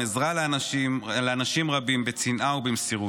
ועזרה לאנשים רבים בצנעה ובמסירות.